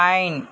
pine